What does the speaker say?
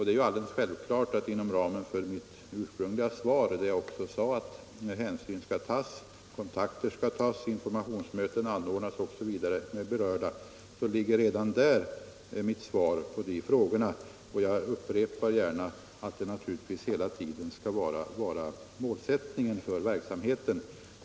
Det är alldeles självklart. Redan i mitt ursprungliga svar, där jag sade att önskemål skall beaktas, kontakter tas och informationsmöten anordnas osv. med berörda parter, ligger mitt svar på de senare frågorna. Jag upprepar gärna att det hela tiden skall vara målsättningen för verksamheten.